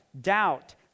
doubt